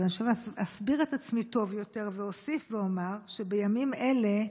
אז עכשיו אני אסביר את עצמי טוב יותר ואוסיף ואומר שבימים אלה,